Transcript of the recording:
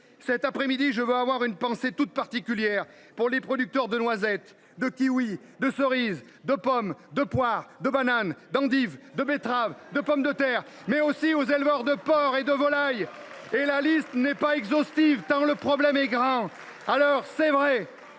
Cet après midi, je veux avoir une pensée toute particulière pour les producteurs de noisettes, de kiwis, de cerises, de pommes, de poires, de bananes, d’endives, de betteraves, de pommes de terre, mais aussi pour les éleveurs de porcs et de volailles. Et la liste n’est pas exhaustive, tant le problème est grand ! Alors – c’est vrai